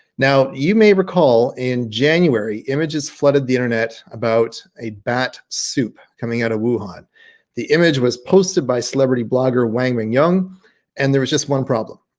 now you may recall in january images flooded the internet about a bat soup coming out of wuhan the image was posted by celebrity blogger wang ling young and there was just one problem,